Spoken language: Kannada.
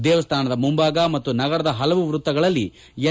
ದೇವಸ್ಥಾನದ ಮುಂಭಾಗ ಮತ್ತು ನಗರದ ಹಲವು ವೃತ್ತಗಳಲ್ಲಿ ಎಲ್